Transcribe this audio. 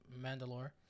Mandalore